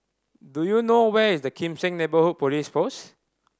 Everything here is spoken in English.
do you know where is the Kim Seng Neighbourhood Police Post